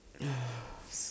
yes